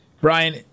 Brian